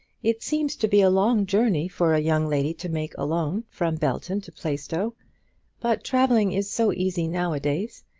it seems to be a long journey for a young lady to make alone, from belton to plaistow but travelling is so easy now-a-days,